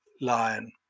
lion